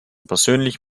persönlich